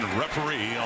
referee